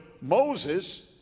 Moses